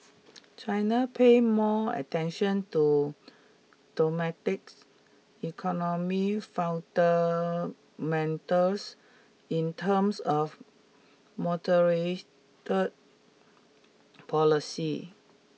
China pay more attention to domestic economy fundamentals in terms of moderated policy